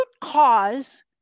cause